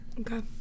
Okay